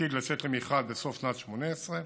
עתיד לצאת למכרז בסוף שנת 2018,